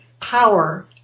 power